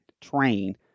train